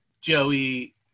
Joey